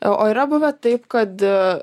o yra buvę taip kad